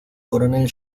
coronel